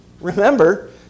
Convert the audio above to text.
Remember